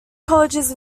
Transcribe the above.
colleges